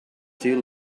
too